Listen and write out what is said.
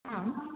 आम्